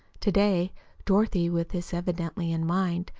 to-day dorothy, with this evidently in mind,